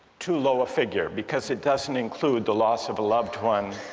too low a figure because it doesn't include the loss of a loved one,